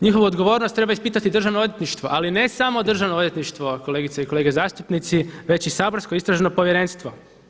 Njihovu odgovornost treba ispitati Državno odvjetništvo ali ne samo Državno odvjetništvo kolegice i kolege zastupnici, već i saborsko Istražno povjerenstvo.